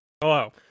Hello